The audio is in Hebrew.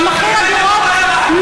חבר הכנסת חזן.